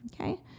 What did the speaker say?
okay